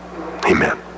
Amen